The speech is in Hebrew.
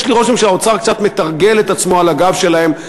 יש לי רושם שהאוצר קצת מתרגל את עצמו על הגב שלהם,